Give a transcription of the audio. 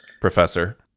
professor